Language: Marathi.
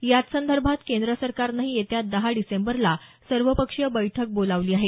याच संदर्भात केंद्र सरकारनंही येत्या दहा डिसेंबरला सर्वपक्षीय बैठक बोलावली आहे